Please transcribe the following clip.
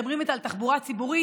מדברים איתה על תחבורה ציבורית,